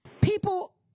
people